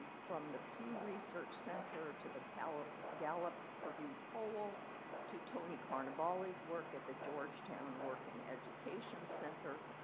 from the pew research center to the gallup-purdue gallup-purdue poll to tony carnevale's work at the georgetown working education center,